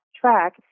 track